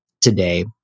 today